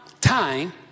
time